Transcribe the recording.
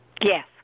Yes